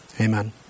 Amen